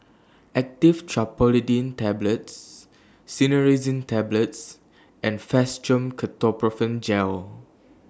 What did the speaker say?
Actifed Triprolidine Tablets Cinnarizine Tablets and Fastum Ketoprofen Gel